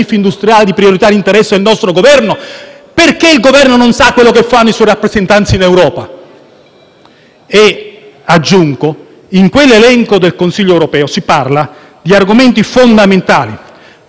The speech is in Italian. Aggiungo che nell'elenco del Consiglio europeo si parla di argomenti fondamentali: si parla di economia digitale, di tassazione dell'economia digitale, di nuove regole sulla cibernetica,